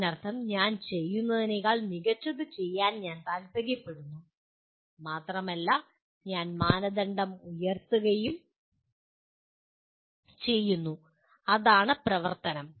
അതിനർത്ഥം ഞാൻ ചെയ്യുന്നതിനേക്കാൾ മികച്ചത് ചെയ്യാൻ ഞാൻ താൽപ്പര്യപ്പെടുന്നു മാത്രമല്ല ഞാൻ മാനദണ്ഡം ഉയർത്തുകയും ചെയ്യുന്നു അതാണ് പ്രവർത്തനം